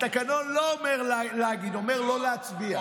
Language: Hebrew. התקנון לא אומר להגיד, אומר לא להצביע.